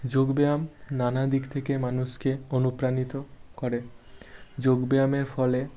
যোগব্যায়াম নানা দিক থেকে মানুষকে অনুপ্রাণিত করে যোগব্যায়ামের ফলে